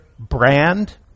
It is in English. Brand